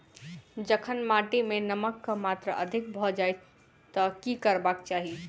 जखन माटि मे नमक कऽ मात्रा अधिक भऽ जाय तऽ की करबाक चाहि?